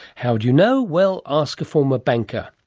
how would you know? well, ask a former banker.